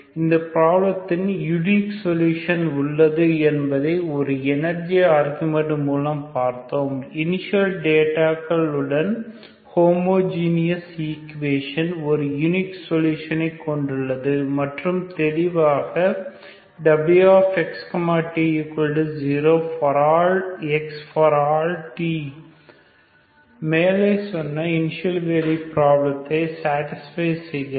இந்த பிராப்லத்திற்கு unique solution உள்ளது என்பதை ஒரு எனர்ஜி ஆர்குமெண்ட் மூலம் பார்த்தோம் இனிஷியல் டேட்டாக்கள் உடன் ஹோமோஜீனஸ் ஈக்குவேஷன் ஒரு யுனிக் சொலுஷனை கொண்டுள்ளது மற்றும் தெளிவாக wx t0 ∀x ∀t மேலே சொன்ன இனிசியல் வேல்யூ ப்ராப்ளத்தை சாட்டிஸ்பை செய்கிறது